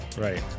Right